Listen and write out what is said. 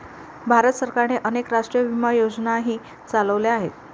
भारत सरकारने अनेक राष्ट्रीय विमा योजनाही चालवल्या आहेत